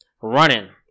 Running